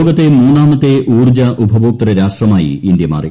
ലോകത്തെ മൂന്നാമത്തെ ഊന്നർജ്ജ ഉപഭോക്തൃ രാഷ്ട്രമായി ഇന്ത്യ മാറി